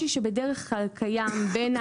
אנחנו גם חושבים שככל יש עוד מקצה שיפורים,